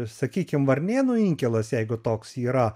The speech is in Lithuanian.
sakykim varnėno inkilas jeigu toks yra